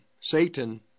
Satan